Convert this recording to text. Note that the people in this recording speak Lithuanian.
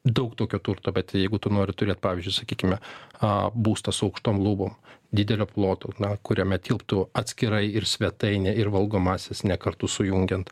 daug tokio turto bet jeigu tu nori turėt pavyzdžiui sakykime a būstą su aukštom lubom didelio ploto na kuriame tilptų atskirai ir svetainė ir valgomasis ne kartu sujungiant